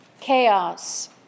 Chaos